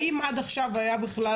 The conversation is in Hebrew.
האם עד עכשיו היתה בכלל